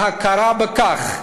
ההכרה בכך,